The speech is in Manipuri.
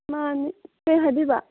ꯃꯥꯅꯦ ꯀꯩ ꯍꯥꯏꯕꯤꯕ